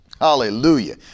Hallelujah